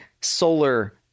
solar